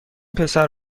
پسر